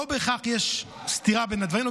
לא בהכרח יש סתירה בין הדברים.